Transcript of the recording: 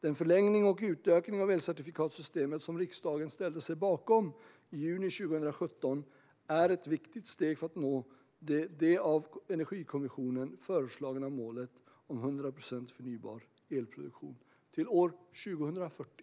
Den förlängning och utökning av elcertifikatssystemet som riksdagen ställde sig bakom i juni 2017 är ett viktigt steg för att nå det av Energikommissionen föreslagna målet om 100 procent förnybar elproduktion till år 2040.